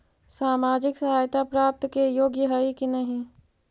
सामाजिक सहायता प्राप्त के योग्य हई कि नहीं?